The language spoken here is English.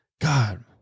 God